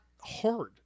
hard